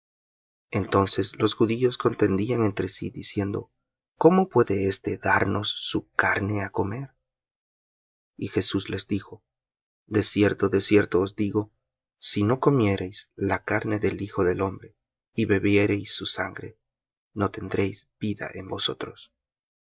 entonces los judíos contendían entre sí diciendo cómo puede éste darnos su carne á comer y jesús les dijo de cierto de cierto os digo si no comiereis la carne del hijo del hombre y bebiereis su sangre no tendréis vida en vosotros